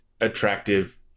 attractive